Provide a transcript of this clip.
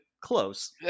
close